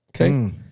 okay